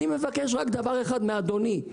אני מבקש רק דבר אחד מאדוני.